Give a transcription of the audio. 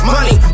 Money